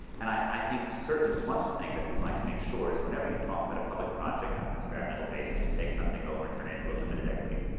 and i think certainly one thing that we'd like to make sure is whenever you talk about a public project on an experimental basis, to take something over and turn it into a limited equity